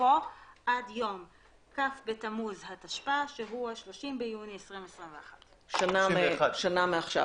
"בתוקפו עד יום כ' בתמוז התשפ"א (30 ביוני 2021)"." שנה מעכשיו.